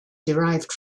derived